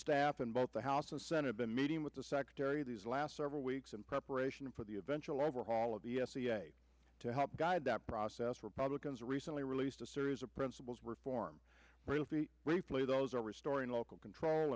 staff in both the house and senate the meeting with the secretary these last several weeks in preparation for the eventual overhaul of the cia to help guide that process republicans recently released a series of principals reform realty replay those are restoring local control